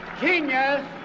Genius